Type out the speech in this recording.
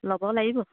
ল'ব লাগিব